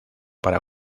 para